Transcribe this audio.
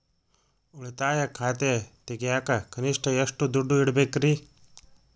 ಉಳಿತಾಯ ಖಾತೆ ತೆಗಿಯಾಕ ಕನಿಷ್ಟ ಎಷ್ಟು ದುಡ್ಡು ಇಡಬೇಕ್ರಿ?